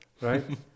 Right